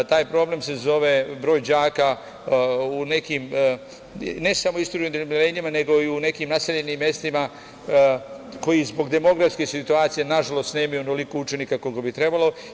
Taj problem se zove broj đaka u nekim, ne samo isturenim odeljenjima, nego i u nekim naseljenim mestima koja zbog demografske situacije, nažalost, nemaju onoliko učenika koliko bi trebalo.